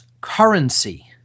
currency